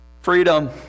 Freedom